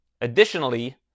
Additionally